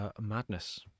madness